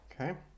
Okay